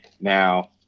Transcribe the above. Now